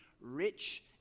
rich